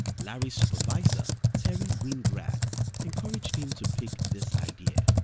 larry's supervisor, terry winn grad encouraged him to pick this idea.